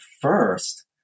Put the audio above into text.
first